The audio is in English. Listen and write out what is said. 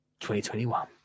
2021